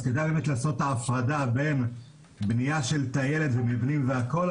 אז כדאי באמת לעשות את ההפרדה בין בנייה של טיילת ומבנים והכול,